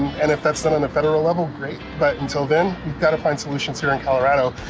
and if that's done on a federal level, great, but until then, we've gotta find solutions here in colorado,